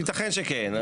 יתכן שכן.